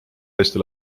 hästi